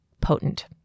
potent